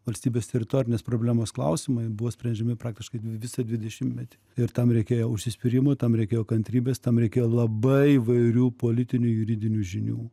valstybės teritorinės problemos klausimai buvo sprendžiami praktiškai visą dvidešimtmetį ir tam reikėjo užsispyrimo tam reikėjo kantrybės tam reikėjo labai įvairių politinių juridinių žinių